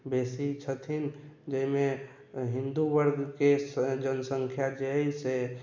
बेसी छथिन जाहिमे हिन्दू वर्गके जनसंख्या जे अइ से